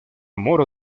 moro